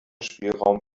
spielraum